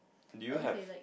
do you have